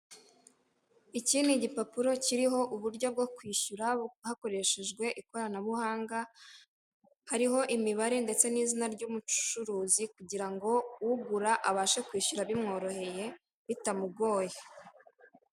Iki ni igipapuro kiriho uburyo bwo kwishyura hakoreshejwe ikoranabuhanga, hariho imibare ndetse n'izina ry'umucuruzi kugira ngo ugura abashe kwishyura bimworoheye bitamugoye.